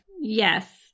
Yes